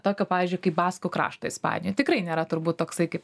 tokio pavyzdžiui kai baskų kraštą ispanijoj tikrai nėra turbūt toksai kaip